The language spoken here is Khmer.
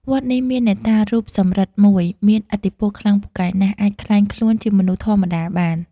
វត្តនេះមានអ្នកតារូបសំរឹទ្ធិមួយ មានឥទ្ធិពលខ្លាំងពូកែណាស់ អាចក្លែងខ្លួនជាមនុស្សធម្មតាបាន ។